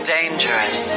Dangerous